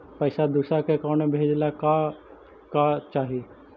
पैसा दूसरा के अकाउंट में भेजे ला का का चाही?